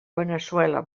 veneçuela